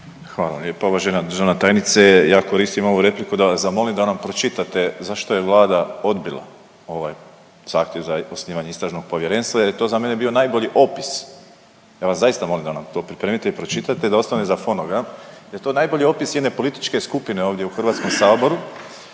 Hvala lijepa uvažena državna tajnice, ja koristim ovu repliku da vas zamolim da nam pročitate zašto je Vlada odbila ovaj zahtjev za osnivanje Istražnog povjerenstva jer je to za mene bio najbolji opis, ja vas zaista molim da nam to pripremite i pročitate da ostane za fonogram jer je to najbolji opis jedne političke skupine ovdje u HS koja